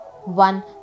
one